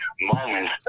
moments